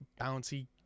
bouncy